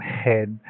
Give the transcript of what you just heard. head